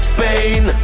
pain